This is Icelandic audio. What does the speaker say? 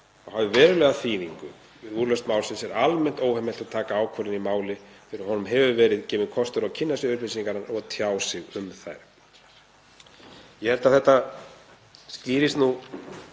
og hafi verulega þýðingu við úrlausn málsins er almennt óheimilt að taka ákvörðun í málinu fyrr en honum hefur verið gefinn kostur á að kynna sér upplýsingarnar og tjá sig um þær. Ég held að þetta skýrist nú